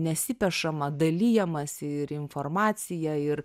nesipešama dalijamasi ir informacija ir